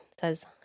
Says